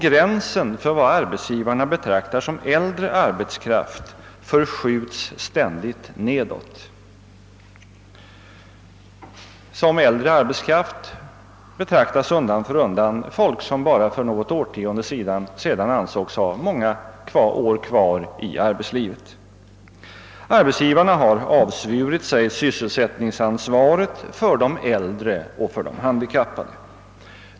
Gränsen för vad arbetsgivarna betraktar som äldre arbetskraft förskjuts ständigt nedåt — till kategorin äldre arbetskraft hänförs undan för undan folk som för bara något årtionde sedan ansågs ha många år kvar i arbetslivet. Arbetsgivarna har avsvurit sig sysselsättningsansvaret för de äldre och för de handikappade.